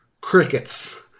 Crickets